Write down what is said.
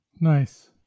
Nice